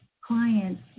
clients